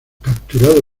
capturado